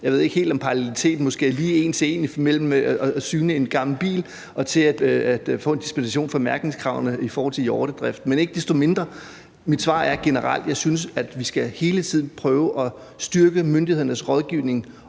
Jeg ved ikke helt, om paralleliteten måske lige er en til en mellem at syne en gammel bil og at få en dispensation fra mærkningskravene i forhold til hjortedrift, men ikke desto mindre er mit svar generelt, at jeg synes, at vi hele tiden skal prøve at styrke myndighedernes rådgivning